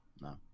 no